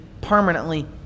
permanently